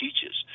teaches